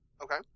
Okay